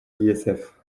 l’isf